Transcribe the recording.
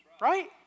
right